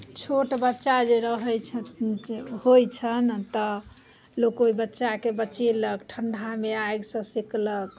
छोट बच्चा जे रहैत छथिन से होइत छनि तऽ लोक ओहि बच्चाकेँ बचेलक ठण्डामे आगिसँ सेकलक